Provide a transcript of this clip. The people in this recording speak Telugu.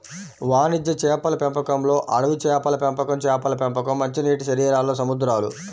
వాణిజ్య చేపల పెంపకంలోఅడవి చేపల పెంపకంచేపల పెంపకం, మంచినీటిశరీరాల్లో సముద్రాలు